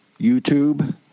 YouTube